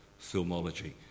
filmology